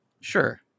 Sure